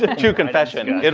ah true confession. it